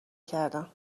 کردم